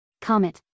Comet